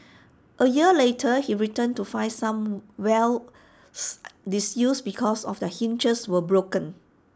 A year later he returned to find some wells disused because their hinges were broken